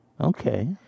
Okay